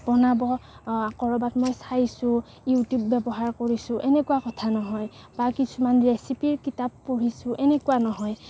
বনাব ক'ৰবাত মই চাইছো ইউটিউব ব্যবহাৰ কৰিছোঁ এনেকুৱা কথা নহয় বা কিছুমান ৰেচিপিৰ কিতাপ পঢ়িছোঁ এনেকুৱা নহয়